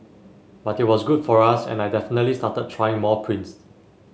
but it was good for us and I definitely started trying more prints